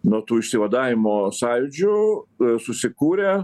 nuo tų išsivadavimo sąjūdžių susikūrė